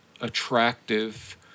attractive